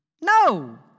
No